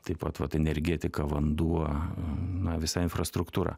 taip pat vat energetika vanduo na visa infrastruktūra